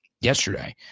yesterday